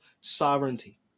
Sovereignty